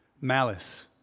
malice